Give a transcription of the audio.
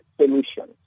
solutions